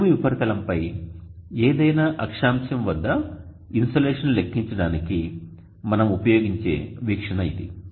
భూమి ఉపరితలంపై ఏదైనా అక్షాంశం వద్ద ఇన్సోలేషన్ లెక్కించడానికి మనం ఉపయోగించే వీక్షణ ఇది